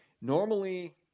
normally